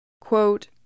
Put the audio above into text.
Quote